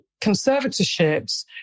conservatorships